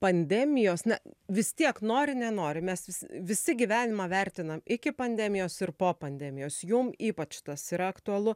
pandemijos na vis tiek nori nenori mes vis visi gyvenimą vertinam iki pandemijos ir po pandemijos jum ypač tas yra aktualu